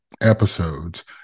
episodes